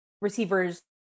receivers